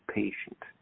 patient